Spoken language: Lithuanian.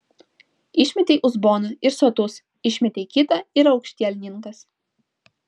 išmetei uzboną ir sotus išmetei kitą ir aukštielninkas